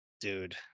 dude